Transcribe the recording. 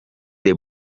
the